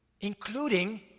including